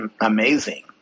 amazing